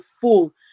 full